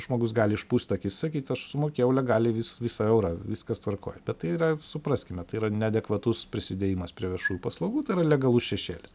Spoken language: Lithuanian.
žmogus gali išpūst akis sakyt aš sumokėjau legaliai vis visą eurą viskas tvarkoj bet tai yra supraskime tai yra neadekvatus prisidėjimas prie viešųjų paslaugų tai yra legalus šešėlis